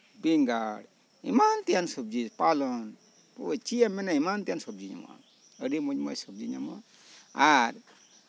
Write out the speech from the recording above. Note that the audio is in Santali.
ᱵᱮᱸᱜᱟᱲ ᱮᱢᱟᱱ ᱛᱮᱭᱟᱜ ᱥᱚᱵᱡᱤ ᱯᱟᱞᱚᱝ ᱪᱮᱫ ᱮᱢ ᱢᱮᱱᱟ ᱮᱢᱟᱱ ᱛᱮᱭᱟᱜ ᱥᱚᱵᱡᱤ ᱧᱟᱢᱚᱜᱼᱟ ᱟᱹᱰᱤ ᱢᱚᱸᱡ ᱢᱚᱸᱡ ᱥᱚᱵᱡᱤ ᱧᱟᱢᱚᱜᱼᱟ ᱟᱨ